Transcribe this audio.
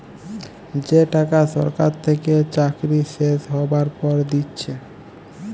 যে টাকা সরকার থেকে চাকরি শেষ হ্যবার পর দিচ্ছে